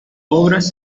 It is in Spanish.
obras